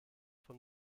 von